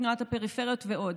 תנועת הפריפריות ועוד.